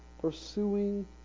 pursuing